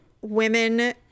women